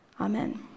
Amen